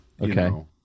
Okay